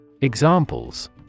Examples